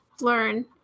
learn